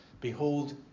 behold